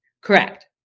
Correct